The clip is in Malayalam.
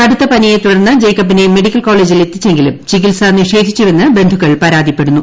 കടുത്ത പനിയെ തുടർന്ന് ജേക്കബിനെ മെഡിക്കൽ കോളേജിൽ എത്തിച്ചെങ്കിലും ചികിൽസ നിഷേധിച്ചുവെന്ന് ബന്ധുക്കൾ പരാതി പ്പെടുന്നു